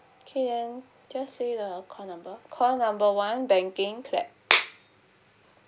okay then just say the call number call number one banking clap